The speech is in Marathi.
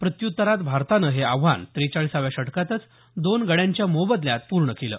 प्रत्यूतरात भारतानं हे आव्हान त्रेचाळीसाव्या षटकांतच दोन गड्यांच्या मोबदल्यात पूर्ण केलं